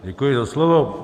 Děkuji za slovo.